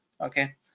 okay